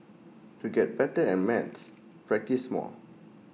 to get better at maths practise more